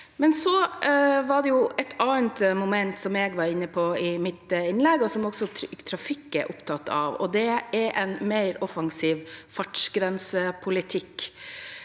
det. Så var det et annet moment jeg var inne på i mitt innlegg, og som også Trygg Trafikk er opptatt av, og det er en mer offensiv fartsgrensepolitikk.